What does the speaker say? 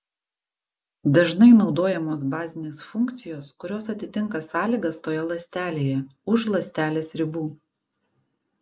dažnai naudojamos bazinės funkcijos kurios atitinka sąlygas toje ląstelėje už ląstelės ribų